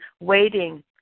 waiting